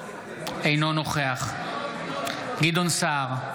אינו נוכח גדעון סער,